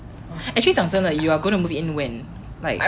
actually 讲真的 you are going to move in when like